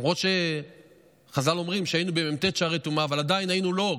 למרות שחז"ל אומרים שהיינו במ"ט שערי טומאה עדיין היינו "לו",